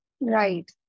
Right